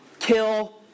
kill